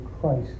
Christ